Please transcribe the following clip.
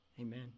Amen